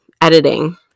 editing